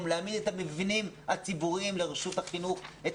את המבנים הציבוריים לרשות החינוך,